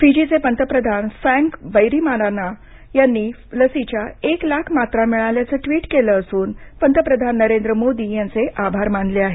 फिजीचे पंतप्रधान फ्रँक बैनीमाराना यांनी लसीच्या एक लाख मात्रा मिळाल्याचं ट्वीट केलं असून पंतप्रधान नरेंद्र मोदी यांचे आभार मानले आहेत